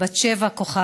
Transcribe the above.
מתן בן דוד ובת שבע כוכבי.